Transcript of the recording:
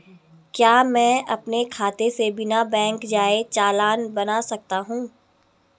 क्या मैं अपने खाते से बिना बैंक जाए चालान बना सकता हूँ?